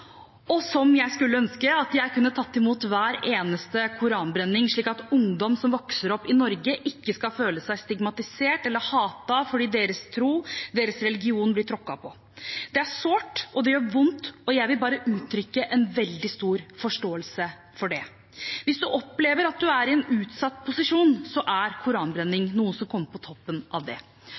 blir rammet.» Jeg skulle virkelig ønske at jeg kunne tatt imot hver eneste koranbrenning, slik at ungdom som vokser opp i Norge, ikke skal føle seg stigmatisert eller hatet fordi deres tro og deres religion blir tråkket på. Det er sårt, det gjør vondt, og jeg vil bare uttrykke en veldig stor forståelse for det. Hvis man opplever at man er i en utsatt posisjon, er koranbrenning noe som kommer på toppen av det.